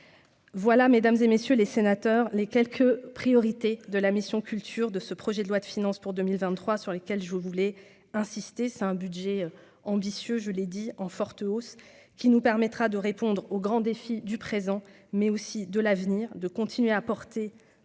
voilà, Mesdames et messieurs les sénateurs, les quelques priorités de la mission culture de ce projet de loi de finances pour 2023 sur lesquels je voulais insister, c'est un budget ambitieux, je l'ai dit, en forte hausse, qui nous permettra de répondre aux grands défis du présent, mais aussi de l'avenir de continuer à porter